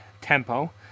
tempo